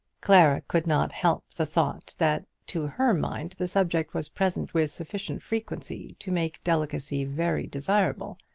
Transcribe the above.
clara could not help the thought that to her mind the subject was present with sufficient frequency to make delicacy very desirable,